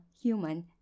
human